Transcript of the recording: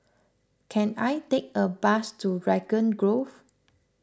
can I take a bus to Raglan Grove